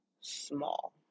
small